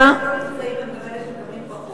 בדרך כלל אלה שלא נמצאים הם גם אלה שמקבלים פחות.